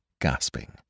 gasping